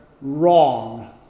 wrong